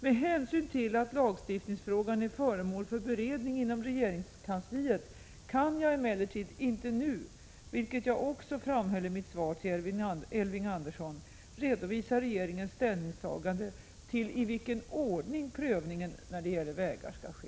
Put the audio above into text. Med hänsyn till att lagstiftningsfrågan är föremål för beredning inom regeringskansliet kan jag emellertid inte nu, vilket jag också framhöll i mitt svar till Elving Andersson, redovisa regeringens ställningstagande till i vilken ordning prövningen när det gäller vägar skall ske.